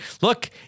look